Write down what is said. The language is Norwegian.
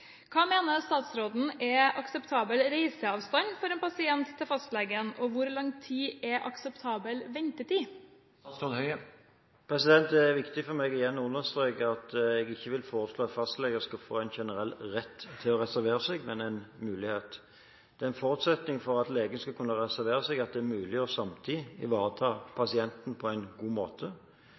Hva mener statsråden er akseptabel reiseavstand for en pasient til fastlegen, og hvor lang tid er akseptabel ventetid?» Det er viktig for meg igjen å understreke at jeg ikke vil foreslå at fastleger skal få en generell rett til å reservere seg, men en mulighet. Det er en forutsetning for at legen skal kunne reservere seg at det er mulig samtidig å ivareta pasienten på en god måte.